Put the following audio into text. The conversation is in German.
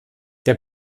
der